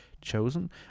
chosen